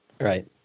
Right